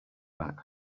back